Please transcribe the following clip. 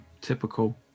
typical